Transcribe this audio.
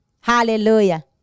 Hallelujah